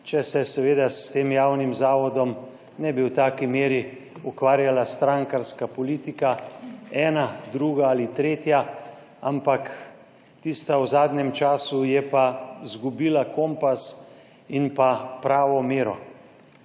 če se s tem javnim zavodom ne bi v taki meri ukvarjala strankarska politika, ena, druga ali tretja. Ampak tista v zadnjem času je pa izgubila kompas in pravo mero.